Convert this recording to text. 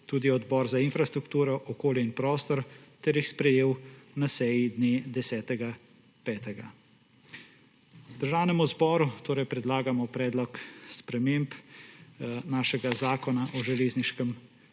tudi Odbor za infrastrukturo, okolje in prostor, ter jih sprejel na seji dne 10. 5. Državnemu zboru torej predlagamo predlog sprememb našega Zakona o železniškem